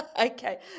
okay